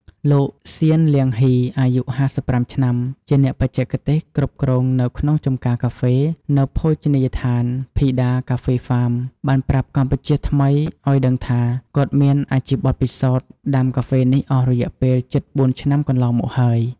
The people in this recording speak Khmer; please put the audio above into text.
លោក ស៊ាន លាងហុី អាយុ៥៥ឆ្នាំ ជាអ្នកបច្ចេកទេសគ្រប់គ្រងនៅក្នុងចម្ការកាហ្វេ នៅភោជនីយដ្ឋាន ភីដាកាហ្វេហ្វាម បានប្រាប់កម្ពុជាថ្មីឲ្យដឹងថា គាត់មានអាជីពបទពិសោធដាំកាហ្វេនេះអស់រយៈពេលជិត៤ឆ្នាំកន្លងមកហើយ។